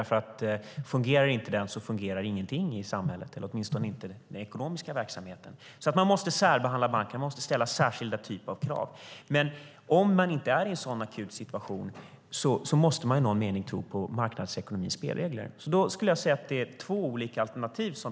Fungerar inte den sektorn fungerar ingenting i samhället, åtminstone inte den ekonomiska verksamheten. Man måste alltså särbehandla bankerna och ställa särskilda typer av krav. Men om man inte är i en akut situation måste man i någon mening tro på marknadsekonomins spelregler. Peter Persson har två olika alternativ.